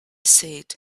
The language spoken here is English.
said